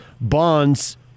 Bonds